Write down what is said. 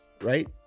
right